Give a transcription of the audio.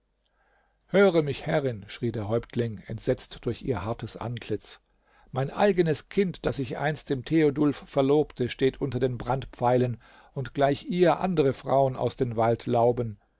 höre mich herrin schrie der häuptling entsetzt durch ihr hartes antlitz mein eigenes kind das ich einst dem theodulf verlobte steht unter den brandpfeilen und gleich ihr andere frauen aus den